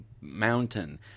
Mountain